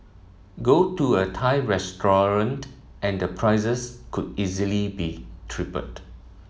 go to a Thai restaurant and prices could easily be tripled